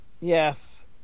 Yes